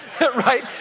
Right